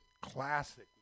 classic